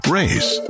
race